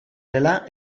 dela